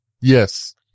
Yes